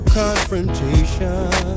confrontation